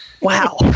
wow